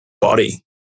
body